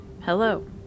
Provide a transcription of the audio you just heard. Hello